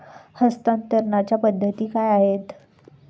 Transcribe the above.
हस्तांतरणाच्या पद्धती काय आहेत?